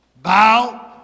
Bow